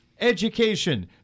Education